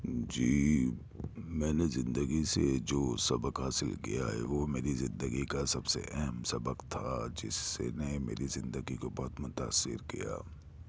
جی میں نے زندگی سے جو سبق حاصل کیا ہے وہ میری زندگی کا سب سے اہم سبق تھا جس نے میری زندگی کو بہت متاثر کیا